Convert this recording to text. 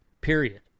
period